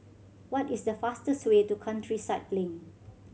what is the fastest way to Countryside Link